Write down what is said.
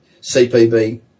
CPB